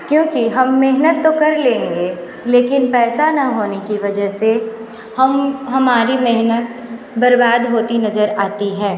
क्योंकि हम मेहनत तो कर लेंगे लेकिन पैसा ना होने की वजह से हम हमारी मेहनत बर्बाद होती नज़र आती है